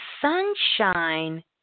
Sunshine